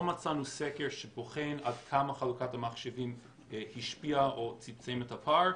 מצאנו סקר שבוחן עד כמה חלוקת המחשבים השפיעה או צמצמה את הפער,